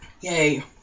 Yay